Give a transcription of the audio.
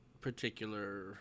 particular